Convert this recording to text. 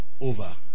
over